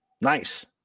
Nice